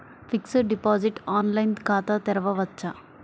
Fixed deposit online ఖాతా తెరువవచ్చా?